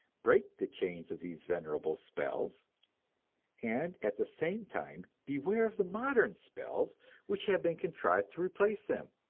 break the chains of these venerable spells and at the same time beware of the modern spells which have been contrived to replace them!